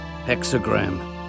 Hexagram